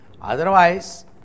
otherwise